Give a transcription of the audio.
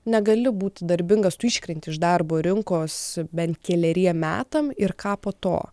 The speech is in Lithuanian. negali būti darbingas tu iškrenti iš darbo rinkos bent keleriem metam ir ką po to